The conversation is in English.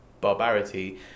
barbarity